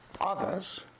others